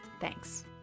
Thanks